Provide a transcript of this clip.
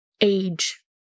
age